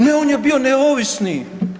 Ne on je bio neovisni.